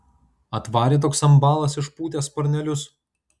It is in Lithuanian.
atvarė toks ambalas išpūtęs sparnelius